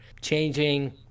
changing